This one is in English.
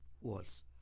walls